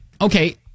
Okay